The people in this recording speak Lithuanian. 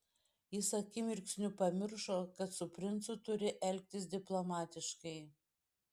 jis akimirksniu pamiršo kad su princu turi elgtis diplomatiškai